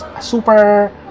super